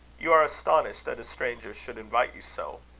you are astonished that a stranger should invite you so.